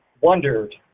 wondered